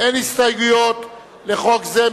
אין הסתייגויות לחוק זה.